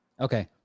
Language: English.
Okay